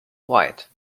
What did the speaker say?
white